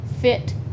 fit